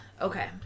Okay